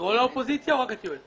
את כל האופוזיציה או רק את יואל?